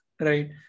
Right